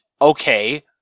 Okay